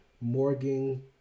Morgan